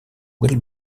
will